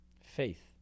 Faith